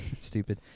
Stupid